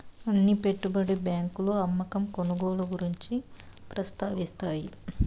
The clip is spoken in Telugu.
అన్ని పెట్టుబడి బ్యాంకులు అమ్మకం కొనుగోలు గురించి ప్రస్తావిస్తాయి